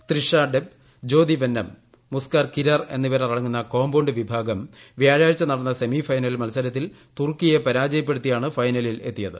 ത്രിഷാ ഡെബ് ജ്യോതി വെന്നം മുസ്കാൻ കിരർ എന്നിവരടങ്ങുന്ന കോമ്പൌണ്ട് വിഭാഗം വ്യാഴാഴ്ച നടന്ന സെമിഫൈനൽ മൽസരത്തിൽ തുർക്കിയെ പരാജയപ്പെടുത്തിയാണ് ഫൈനലിൽ എത്തിയത്